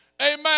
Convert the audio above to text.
amen